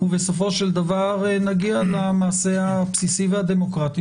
ובסופו של דבר נגיע למעשה הבסיסי והדמוקרטי